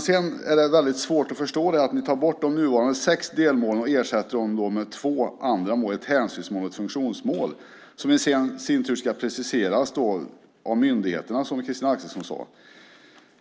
Sedan är det väldigt svårt att förstå att ni tar bort de nuvarande sex delmålen och ersätter dem med två andra mål, ett hänsynsmål och ett funktionsmål som i sin tur ska preciseras av myndigheterna, som Christina Axelsson sade.